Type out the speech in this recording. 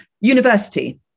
University